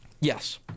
Yes